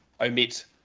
omit